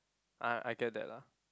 I I get that lah